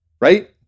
right